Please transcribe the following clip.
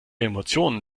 emotionen